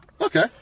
okay